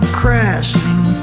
crashing